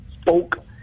spoke